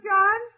John